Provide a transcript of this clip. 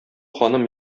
ханым